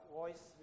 voice